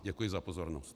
Děkuji za pozornost.